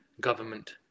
government